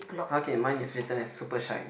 okay mine is written as super shine